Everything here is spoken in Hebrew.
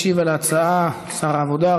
משיב על ההצעה שר העבודה,